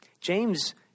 James